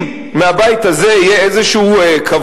אם בבית הזה יהיה איזה כבוד,